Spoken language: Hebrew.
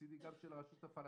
מצדי גם של הרשות הפלסטינית,